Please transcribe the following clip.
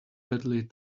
badly